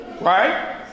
right